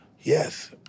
Yes